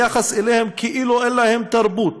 היחס אליהם כאילו אין להם תרבות,